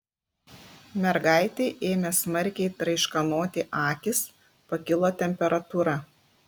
mergaitei ėmė smarkiai traiškanoti akys pakilo temperatūra